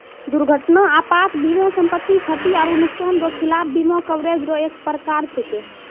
दुर्घटना आपात बीमा सम्पति, क्षति आरो नुकसान रो खिलाफ बीमा कवरेज रो एक परकार छैकै